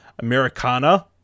Americana